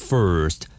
First